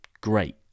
great